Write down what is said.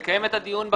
לקיים את הדיון בכנסת.